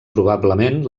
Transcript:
probablement